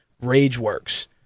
RageWorks